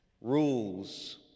rules